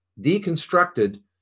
deconstructed